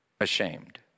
ashamed